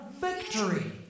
victory